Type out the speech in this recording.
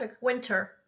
winter